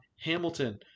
Hamilton